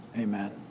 Amen